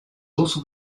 also